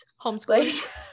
homeschooling